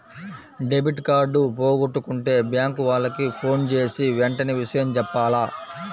debit card పోగొట్టుకుంటే bank వాళ్లకి ఫోన్జేసి వెంటనే విషయం జెప్పాల